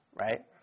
right